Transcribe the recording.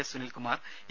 S Sunilkumar E